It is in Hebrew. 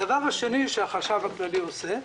הדבר השני שהחשב הכללי עושה,